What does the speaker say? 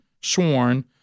sworn